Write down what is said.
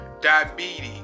diabetes